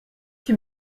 qui